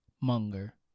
Munger